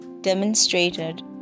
demonstrated